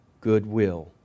goodwill